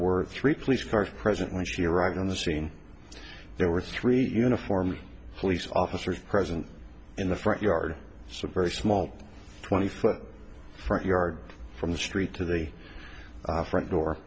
were three police cars present when she arrived on the scene there were three uniformed police officers present in the front yard so a very small twenty foot front yard from the street to the front door